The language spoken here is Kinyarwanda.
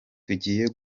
tugiye